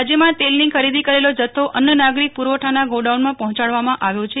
રાજ્યમાં તેલની ખરીદી કરેલો જથ્થો અન્ન નાગરિક પુરવઠાના ગોડાઉનમાં પહોંચાડવામાં આવ્યો છે